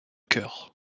chœur